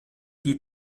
die